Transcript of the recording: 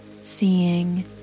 seeing